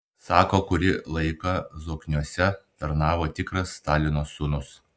sako kurį laiką zokniuose tarnavo tikras stalino sūnus